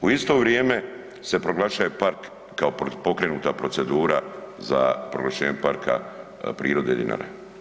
U isto vrijeme se proglašaje park kao pokrenuta procedura za proglašenje parka prirode Dinara.